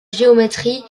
géométrie